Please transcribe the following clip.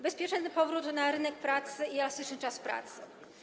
Bezpieczny powrót na rynek pracy i elastyczny czas pracy.